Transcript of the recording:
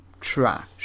trash